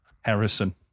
Harrison